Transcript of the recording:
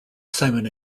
simon